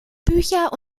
bücher